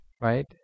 right